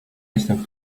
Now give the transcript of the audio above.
jestem